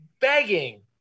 begging